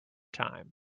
time